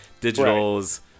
digital's